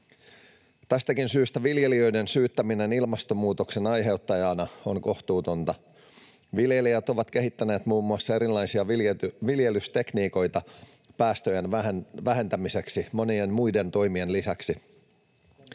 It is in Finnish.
Tästäkin syystä viljelijöiden syyttäminen ilmastonmuutoksen aiheuttajina on kohtuutonta. Viljelijät ovat kehittäneet muun muassa erilaisia viljelystekniikoita päästöjen vähentämiseksi monien muiden toimien lisäksi.